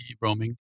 roaming